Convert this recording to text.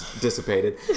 dissipated